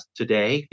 today